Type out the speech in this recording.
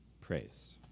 praise